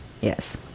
Yes